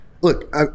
Look